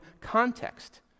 context